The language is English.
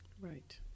Right